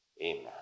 Amen